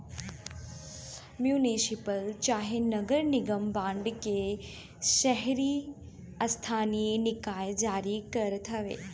municipal चाहे नगर निगम बांड के शहरी स्थानीय निकाय जारी करत हवे